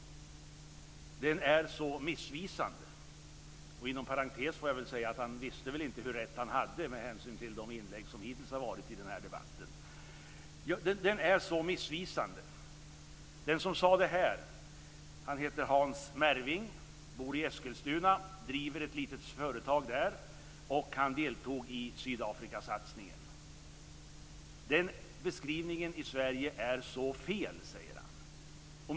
Den är så missvisande. Inom parentes får jag väl säga att han väl inte visste hur rätt han hade, med hänsyn till de inlägg som hittills har gjorts i den här debatten. Den som sade det här heter Hans Merving. Han bor i Eskilstuna och driver ett litet företag där, och han deltog i Sydafrikasatsningen. Beskrivningen i Sverige är så fel, säger han.